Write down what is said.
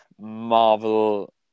Marvel